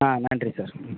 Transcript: நன்றி சார்